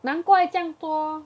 难怪这样多